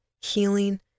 healing